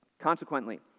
Consequently